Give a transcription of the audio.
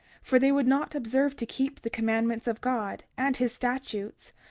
for they would not observe to keep the commandments of god, and his statutes,